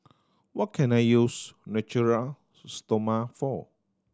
what can I use Natura Stoma for